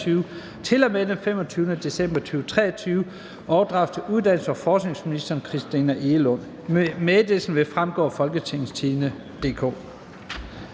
til og med den 25. december 2023 overdrages til uddannelses- og forskningsminister Christina Egelund. Meddelelsen vil fremgå af www.folketingstidende.dk